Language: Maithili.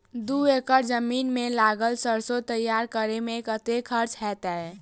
दू एकड़ जमीन मे लागल सैरसो तैयार करै मे कतेक खर्च हेतै?